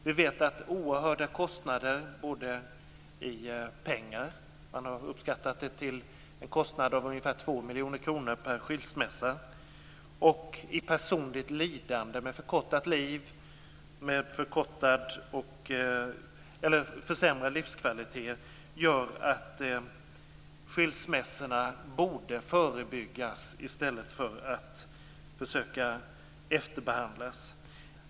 Vi vet att det är oerhörda kostnader - beräknat till ca 2 miljoner kronor per skilsmässa - och personligt lidande med förkortat liv och försämrad livskvalitet som gör att skilsmässorna borde förebyggas i stället för att efterbehandlas.